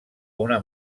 una